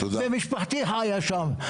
ומשפחתי חיה שם.